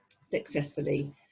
successfully